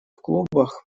клубах